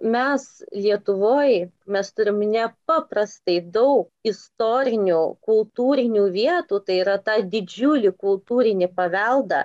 mes lietuvoj mes turim nepaprastai daug istorinių kultūrinių vietų tai yra tą didžiulį kultūrinį paveldą